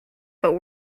but